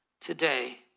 today